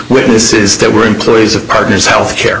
witnesses that were employees of partners health care